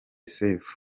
sefu